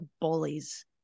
bullies